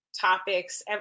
topics